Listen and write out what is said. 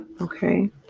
Okay